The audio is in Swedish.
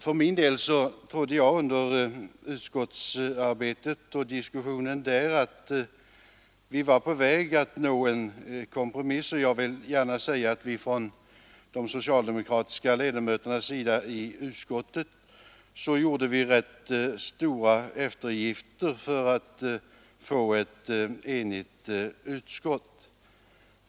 För min del trodde jag under utskottsarbetet och diskussionen där att vi var på väg att nå en kompromiss. Jag vill gärna säga att vi ifrån de socialdemokratiska ledamöternas sida i utskottet gjort rätt stora eftergifter för att få ett enigt utskott.